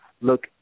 look